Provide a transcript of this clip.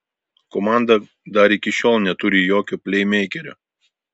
komanda dar iki šiol neturi jokio pleimeikerio